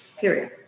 period